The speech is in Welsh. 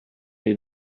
chi